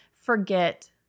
forget